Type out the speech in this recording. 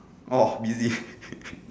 orh busy